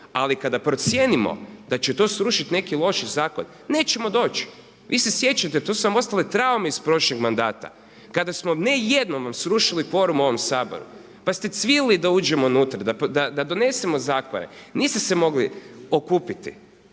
Ali kada procijenimo da će to srušiti neki loš zakon nećemo doći. Vi se sjećate, tu su nam ostale traume iz prošlih mandata, kada smo ne jednom vam srušili kvorum u ovom Saboru. Pa ste cvilili da uđemo unutra i da donesemo zakone. Niste se mogli okupiti.